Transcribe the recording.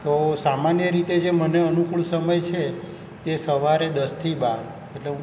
તો સામન્ય રીતે જે મને અનુકૂળ સમય છે તે સવારે દસથી બાર એટલે હું